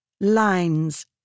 lines